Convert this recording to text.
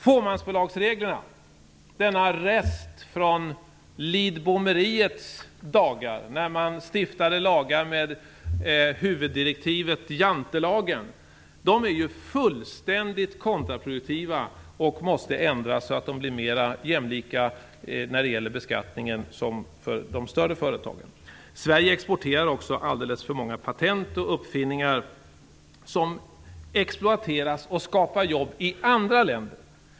Fåmansbolagsreglerna, denna rest från lidbommeriets dagar, när man stiftade lagar med jantelagen som huvuddirektiv, är helt kontraproduktiva och måste ändras, så att de blir mer jämställda med reglerna för de större företagen när det gäller beskattningen. Sverige exporterar också alldeles för många patent och uppfinningar, som exploateras och skapar jobb i andra länder.